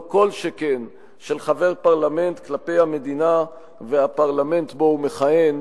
לא כל שכן של חבר פרלמנט כלפי המדינה והפרלמנט שבו הוא מכהן,